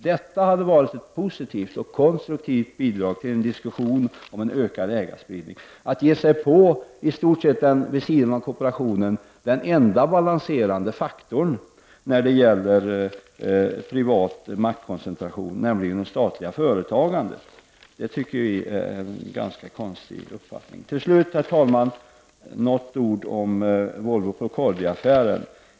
Det skulle ha varit ett både positivt och konstruktivt bidrag till diskussionen om en ökad ägarspridning. Att ge sig på den vid sidan av kooperationen i stort sett enda balanserande faktorn när det gäller privat maktkoncentration, nämligen det statliga företagandet, tycker vi är att ge uttryck för en ganska konstig uppfattning. Till slut, herr talman, några ord om Volvo-Procordia-affären.